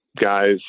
guys